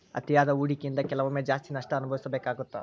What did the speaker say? ಅತಿಯಾದ ಹೂಡಕಿಯಿಂದ ಕೆಲವೊಮ್ಮೆ ಜಾಸ್ತಿ ನಷ್ಟ ಅನಭವಿಸಬೇಕಾಗತ್ತಾ